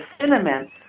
cinnamon